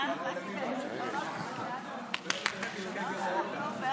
אה, אנחנו,